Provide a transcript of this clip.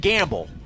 Gamble